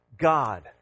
god